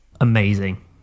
amazing